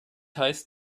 heißt